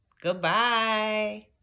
Goodbye